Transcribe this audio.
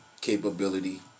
capability